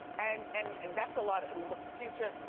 and and and that's a lot. and look future,